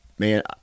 man